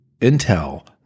intel